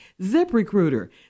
ZipRecruiter